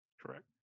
Correct